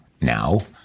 now